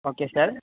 okay sir